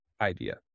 idea